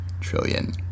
trillion